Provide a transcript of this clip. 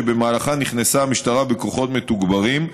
שבמהלכן נכנסה המשטרה בכוחות מתוגברים,